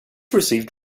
received